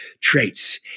traits